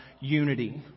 unity